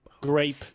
Grape